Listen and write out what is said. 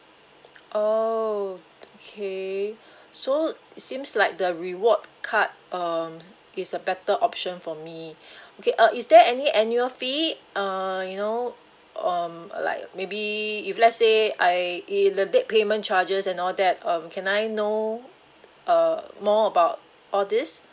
oh okay so seems like the reward card um is a better option for me okay uh is there any annual fee uh you know um like maybe if let say I either late payment charges and all that um can I know uh more about all this